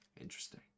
Interesting